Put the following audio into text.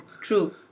true